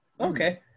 Okay